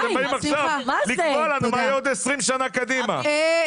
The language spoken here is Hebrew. הלוואי ונגיע ליום הזה, אמן.